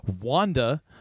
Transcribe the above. Wanda